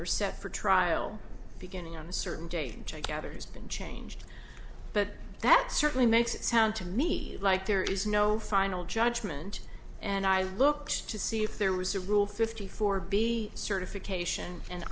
pt for trial beginning on a certain date gathers been changed but that certainly makes it sound to me like there is no final judgment and i look to see if there was a rule fifty four b certification and